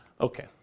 Okay